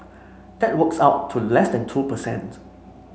that works out to less than two per cent